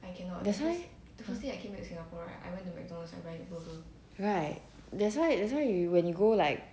that's why right that's why that's why when you go like